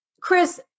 Chris